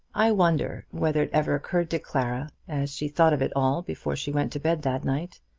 i wonder whether it ever occurred to clara, as she thought of it all before she went to bed that night,